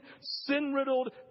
sin-riddled